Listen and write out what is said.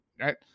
right